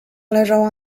leżała